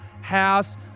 house